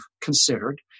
considered